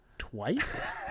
Twice